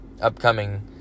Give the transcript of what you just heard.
upcoming